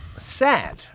sad